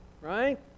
Right